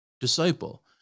disciple